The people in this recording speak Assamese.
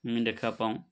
আমি দেখা পাওঁ